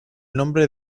nombre